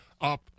up